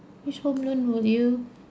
which home loan will you